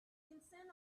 insane